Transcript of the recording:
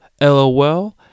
LOL